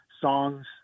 songs